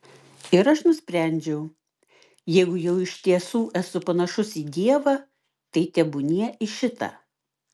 ir aš nusprendžiau jeigu jau iš tiesų esu panašus į dievą tai tebūnie į šitą